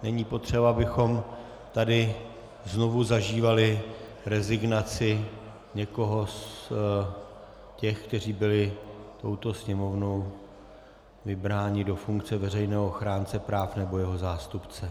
Není potřeba, abychom tady znovu zažívali rezignaci někoho z těch, kteří byli touto Sněmovnou vybráni do funkce veřejného ochránce práv nebo jeho zástupce.